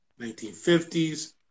1950s